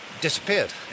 disappeared